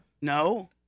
No